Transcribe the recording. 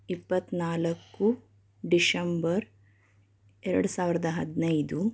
ಇಪ್ಪತ್ತ್ನಾಲ್ಕು ಡಿಶೆಂಬರ್ ಎರಡು ಸಾವಿರದ ಹದಿನೈದು